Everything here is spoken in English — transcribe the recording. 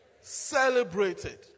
Celebrated